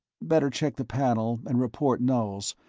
better check the panel and report nulls,